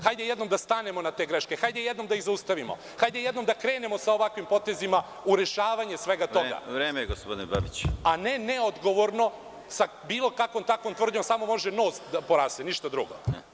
Hajde jednom da stanemo na te greške, hajde jednom da ih zaustavimo, hajde jednom da krenemo sa ovakvim potezima u rešavanje svega tog, a ne neodgovorno, sa bilo kakvom takvom tvrdnjom samo može nos da vam poraste, ništa drugo.